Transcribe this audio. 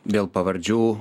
dėl pavardžių